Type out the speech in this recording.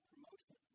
Promotion